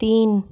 तीन